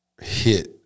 hit